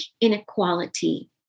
inequality